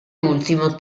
ultimo